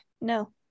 No